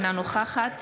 אינה נוכחת